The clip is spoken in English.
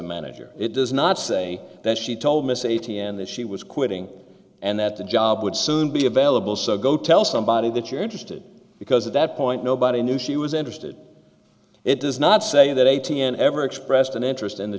a manager it does not say that she told miss a t m that she was quitting and that the job would soon be available so go tell somebody that you're interested because at that point nobody knew she was interested it does not say that a t n ever expressed an interest in the